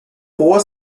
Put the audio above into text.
four